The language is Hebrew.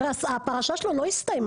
הרי הפרשה שלו לא הסתיימה,